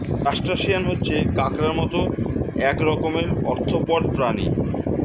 crustacean হচ্ছে কাঁকড়ার মত এক রকমের আর্থ্রোপড প্রাণী